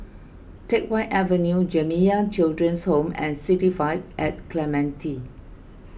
Teck Whye Avenue Jamiyah Children's Home and City Vibe at Clementi